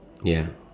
ya